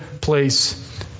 place